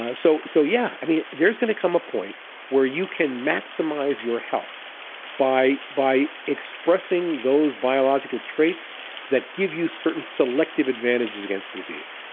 ah so, so yeah. there's going to come a point where you can maximize your health by by expressing those biological traits that give you certain selective advantages against disease.